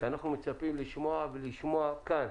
שאנחנו מצפים לשמוע כאן.